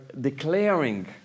declaring